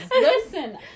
Listen